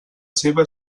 seva